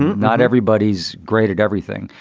not everybody's graded everything.